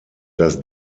das